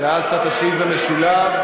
ואז אתה תשיב במשולב.